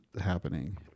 happening